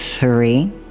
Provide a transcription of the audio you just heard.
Three